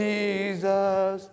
Jesus